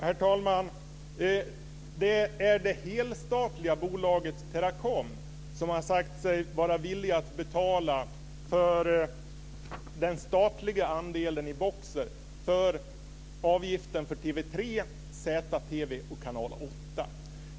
Herr talman! Det är det helstatliga bolaget Teracom som har sagt sig vara villigt att betala för den statliga andelen i boxar för avgiften för TV 3, Z-TV och Kanal 8.